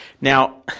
Now